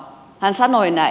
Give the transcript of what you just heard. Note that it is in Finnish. hän sanoi näin